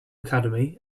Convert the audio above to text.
academy